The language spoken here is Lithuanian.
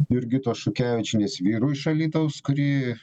jurgitos šukevičienės vyru iš alytaus kurį